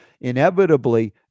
inevitably